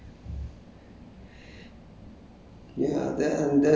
but when I come back there I heard about all these things